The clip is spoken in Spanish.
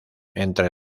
entre